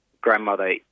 grandmother